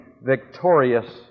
victorious